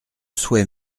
souhait